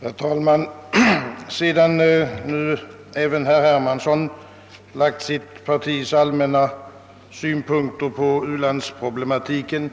Herr talman! Sedan nu även herr Hermansson lagt fram sitt partis allmänna synpunkter på u-landsproblematiken,